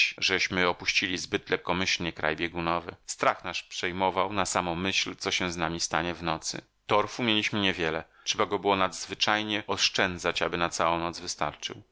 żeśmy opuścili zbyt lekkomyślnie kraj biegunowy strach nas przejmował na samą myśl co się z nami stanie w nocy torfu mieliśmy nie wiele trzeba go było nadzwyczajnie oszczędzać aby na całą noc wystarczył